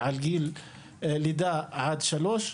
על גיל לידה עד שלוש,